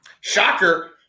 shocker